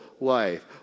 life